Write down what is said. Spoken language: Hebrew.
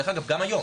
דרך אגב, גם היום